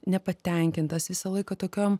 nepatenkintas visą laiką tokiom